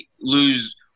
lose